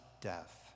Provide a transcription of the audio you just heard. death